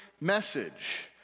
message